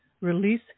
release